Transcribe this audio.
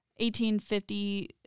1850